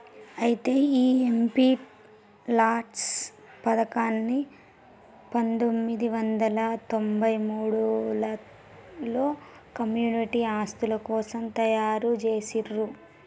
అయితే ఈ ఎంపీ లాట్స్ పథకాన్ని పందొమ్మిది వందల తొంభై మూడులలో కమ్యూనిటీ ఆస్తుల కోసం తయారు జేసిర్రు